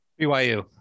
BYU